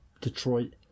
Detroit